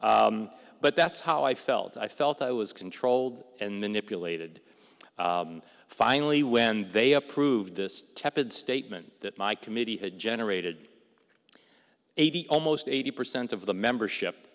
but that's how i felt i felt i was controlled and manipulated finally when they approved this tepid statement that my committee had generated eighty almost eighty percent of the membership